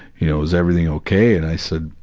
you know is everything ok? and i said,